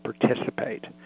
participate